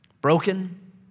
Broken